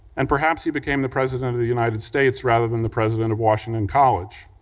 and perhaps he became the president of the united states, rather than the president of washington college,